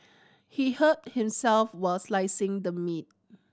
he hurt himself while slicing the meat